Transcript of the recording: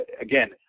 again